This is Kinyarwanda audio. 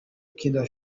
ukina